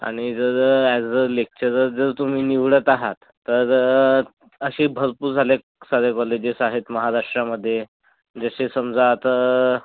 आनी जर as a lecturer जर तुम्ही निवडत आहात तर अशी भरपूर झाले सारे कॉलेजेस आहेत महाराष्ट्रामध्ये जसे समजा आता